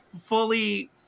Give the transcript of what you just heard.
fully